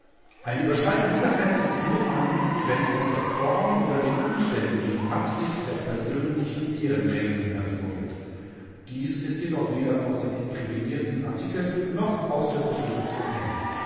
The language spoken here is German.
eine überschreitung dieser grenze ist nur vorhanden wenn aus der form oder den umständen die absicht der persönlichen ehrenkränkung hervorgeht dies ist jedoch weder aus den inkriminierten artikeln noch aus der broschüre zu entnehmen